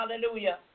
hallelujah